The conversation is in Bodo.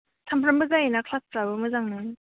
सामफ्रामबो जायोना क्लासफ्राबो मोजांनो